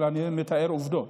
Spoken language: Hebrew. אבל אני מתאר עובדות.